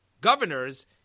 governors